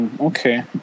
Okay